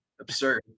absurd